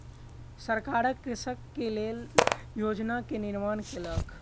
सरकार कृषक के लेल योजना के निर्माण केलक